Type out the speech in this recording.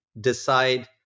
Decide